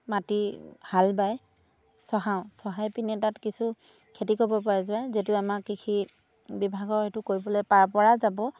মাটি হাল বায় চহাওঁ চহাই পিনে তাত কিছু খেতি কৰিব পৰা যায় যিটো আমাক কৃষি বিভাগৰ হয়টো কৰিবলৈ পাৰ পৰা যাব